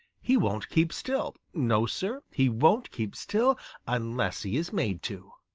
he won't keep still. no, sir, he won't keep still unless he is made to.